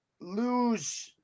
lose